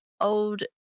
Old